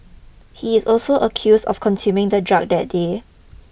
he is also accused of consuming the drug that day